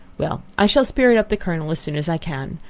well, i shall spirit up the colonel as soon as i can.